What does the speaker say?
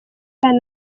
kandi